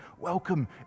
Welcome